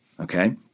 okay